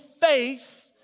faith